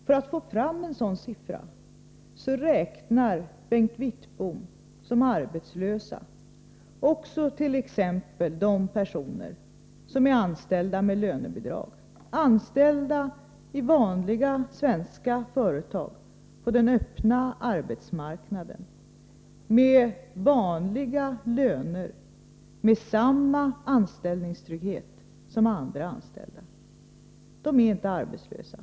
För att få fram en sådan siffra räknar Bengt Wittbom som arbetslösa exempelvis också de personer som är anställda med lönebidrag — i vanliga svenska företag på den öppna arbetsmarknaden med vanliga löner, med samma anställningstrygghet som andra anställda. De är inte arbetslösa.